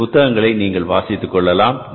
இந்த புத்தகங்களை நீங்கள் வாசித்துக் கொள்ளலாம்